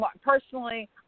personally